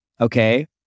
Okay